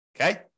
okay